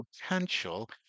potential